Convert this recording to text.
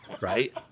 Right